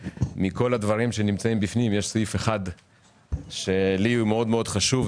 מכל הדברים שנמצאים בפנים יש סעיף אחד שלי הוא מאוד מאוד חשוב,